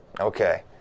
Okay